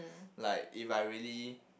like if I really